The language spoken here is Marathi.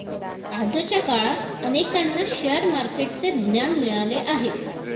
आजच्या काळात अनेकांना शेअर मार्केटचे ज्ञान मिळाले आहे